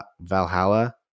Valhalla